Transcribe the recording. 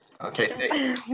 okay